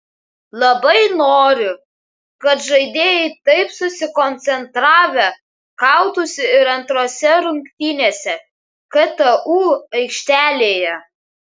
labai noriu kad žaidėjai taip susikoncentravę kautųsi ir antrose rungtynėse ktu aikštelėje